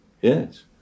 Yes